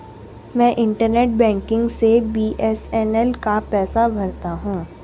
मैं internet banking से BSNL का पैसा भरता हूं